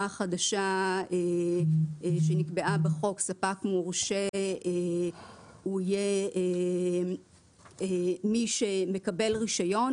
החדשה שנקבעה בחוק ספק מורשה יהיה מי שמקבל רישיון,